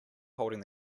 holding